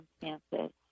circumstances